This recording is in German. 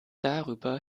darüber